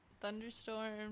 Thunderstorm